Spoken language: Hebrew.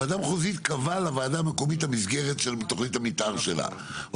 הוועדה המחוזית קבעה לוועדה המקומית את המסגרת של תוכנית המתאר שלה,